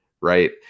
right